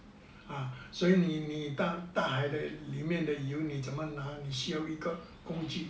啊所以你你大大海的里面的油你这么那你需要一个工具